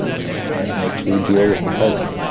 you know that makes you deal with the present.